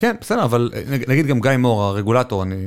כן, בסדר, אבל נגיד נגיד גם גיא מור, הרגולטור, אני...